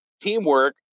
teamwork